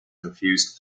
infused